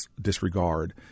disregard